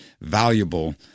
valuable